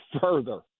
further